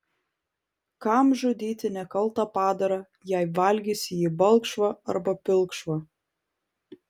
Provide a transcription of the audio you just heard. kam žudyti nekaltą padarą jei valgysi jį balkšvą arba pilkšvą